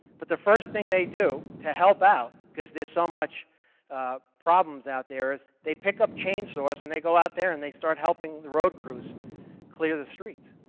but the first thing they do to help out, because there's so much problems out there, is they pick up chainsaws and they go out there and they start helping the road crews clear the streets.